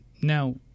now